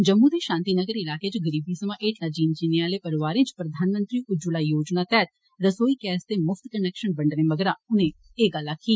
जम्मू दे शांति नॅगर इलाके च गरीबी सवा हेठला जीन जीने आहले परिवारें च प्रधानमंत्री उज्जवला योजना तैहत रसोई गैस दे मुफ्त कनैक्शन बंडने मगरा उनें एह गल्ल आक्खी